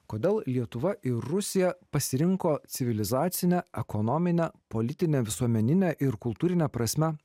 kodėl lietuva ir rusija pasirinko civilizacine ekonomine politine visuomenine ir kultūrine prasme